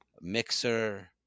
mixer